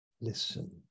Listen